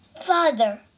Father